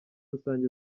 rusange